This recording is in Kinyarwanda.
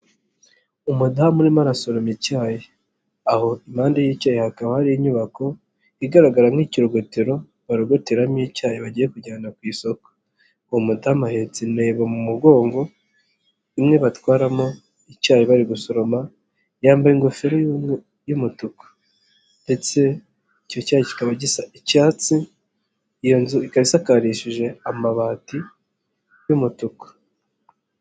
Umudamu urimo arasoroma icyayi. Aho impande y'icyayi hakaba hari inyubako igaragara nk'ikirometero barometeramo icyayi bagiye kujyana mu isoko. Uwo mudamu ahetse intebo mu mugongo, imwe batwaramo icyayi bari gusoroma. Yambaye ingofero y'umwe y'umutuku ndetse icyo cyayi kikaba gisa icyatsi. Iyo nzu ikaba isakarishije amabati y'umutuku.